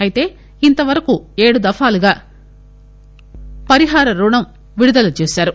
అయితే ఇంతవరకు ఏడు దఫాలుగా పరిహార రుణం విడుదల చేశారు